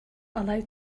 allowed